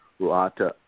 Ruata